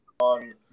on